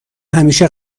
همیشه